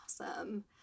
awesome